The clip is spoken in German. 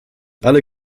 alle